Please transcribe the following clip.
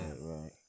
right